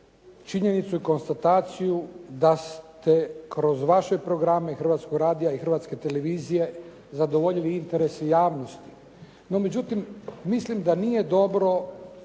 činjenicu i konstataciju da ste kroz vaše programe Hrvatskog radija i Hrvatske televizije zadovoljili interese javnosti. No međutim, mislim da nije dobro